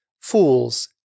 Fools